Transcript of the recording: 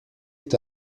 est